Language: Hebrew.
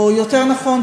או יותר נכון,